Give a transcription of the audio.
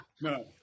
no